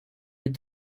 with